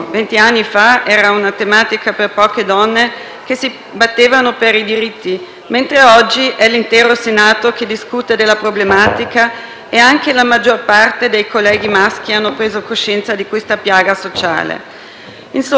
che si battevano per i diritti, mentre oggi è l'intero Senato che discute della problematica e la maggior parte dei colleghi maschi ha preso coscienza di questa piaga sociale. Insomma, la questione è all'ordine del giorno della politica.